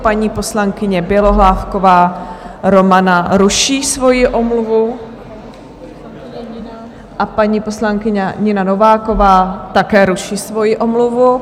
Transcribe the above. Paní poslankyně Bělohlávková Romana ruší svoji omluvu a paní poslankyně Nina Nováková také ruší svoji omluvu.